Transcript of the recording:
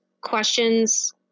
questions